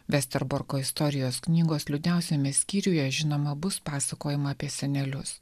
vesterborko istorijos knygos liūdniausiame skyriuje žinoma bus pasakojama apie senelius